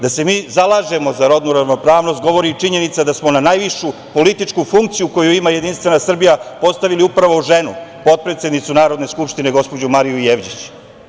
Da se mi zalažemo za rodnu ravnopravnost govori i činjenica da smo na najvišu političku funkciju koju ima Jedinstvena Srbija postavili upravo ženu, potpredsednicu Narodne skupštine, gospođu Mariju Jevđić.